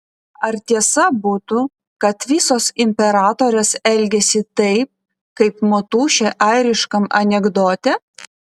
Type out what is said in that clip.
ar tiesa būtų kad visos imperatorės elgiasi taip kaip motušė airiškam anekdote